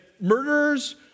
murderers